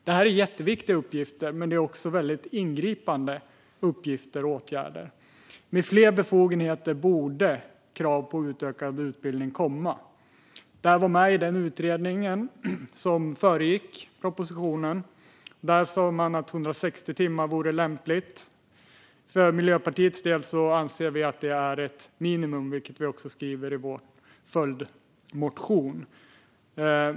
Det är jätteviktiga uppgifter men också ganska ingripande åtgärder. Med fler befogenheter borde ett krav på utökad utbildning komma. Det var också med i den utredning som föregick propositionen, där man sa att 160 timmar vore lämpligt. För Miljöpartiets del anser vi att det är ett minimum, vilket vi också skriver i vår följdmotion.